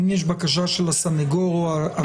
אם יש בקשה של הסנגור או האסיר, עצור.